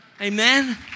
Amen